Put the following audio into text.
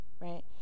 right